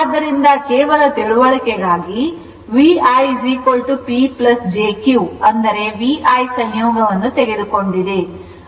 ಆದ್ದರಿಂದ ಕೇವಲ ತಿಳುವಳಿಕೆಗಾಗಿ VI P jQ ಅಂದರೆ VI ಸಂಯೋಗವನ್ನು ತೆಗೆದುಕೊಂಡಿದೆ